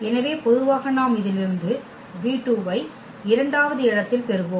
எனவே பொதுவாக நாம் இதிலிருந்து v2 ஐ இரண்டாவது இடத்தில் பெறுவோம்